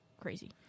crazy